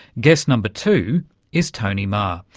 guest number two is tony mahar,